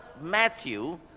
Matthew